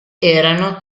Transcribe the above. erano